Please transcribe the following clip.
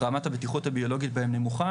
רמת הבטיחות הביולוגית בהם נמוכה,